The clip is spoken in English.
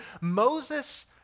Moses